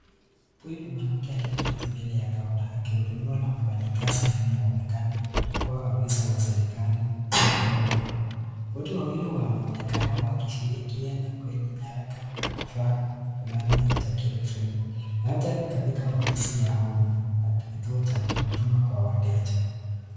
Huyu ni mwanamke aliyeketi mbele ya counter akihudumiwa na mfanyakazi anaye onekana kua afisa wa serikali kutoa huduma. Wote wawili wanaonekana wakishirikiana kwenye nyaraka ya kuvaa huduma ile ya kielektroniki. labda ni katika kituo cha huduma cha wateja.